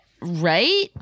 Right